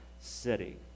city